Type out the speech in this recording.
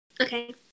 Okay